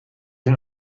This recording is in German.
den